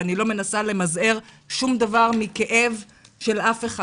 ואני לא מנסה למזער שום דבר מכאב של אף אחד,